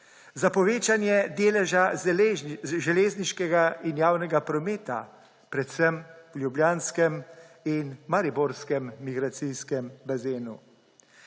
za povečanje deleža železniškega in javnega prometa, predvsem ljubljanskem in mariborskem migracijskem bazenu.